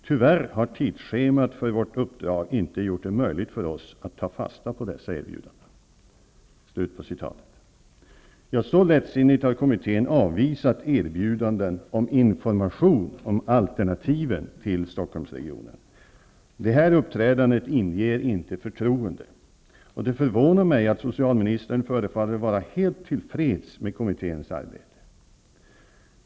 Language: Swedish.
Tyvärr har tidsschemat för vårt uppdrag inte gjort det möjligt för oss att ta fasta på dessa erbjudanden.'' Så lättsinnigt har kommittén avvisat erbjudanden om information om alternativen till Stockholmsregionen. Det här uppträdandet inger inte förtroende, och det förvånar mig att socialministern förefaller vara helt till freds med kommitténs arbete.